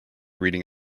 reading